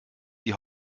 die